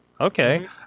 Okay